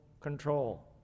control